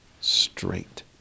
straight